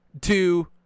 two